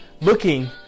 looking